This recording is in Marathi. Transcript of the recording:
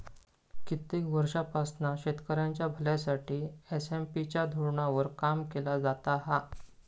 कित्येक वर्षांपासना शेतकऱ्यांच्या भल्यासाठी एस.एम.पी च्या धोरणावर काम केला जाता हा